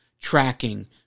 tracking